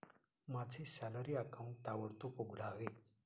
माझं salary account ताबडतोब उघडावे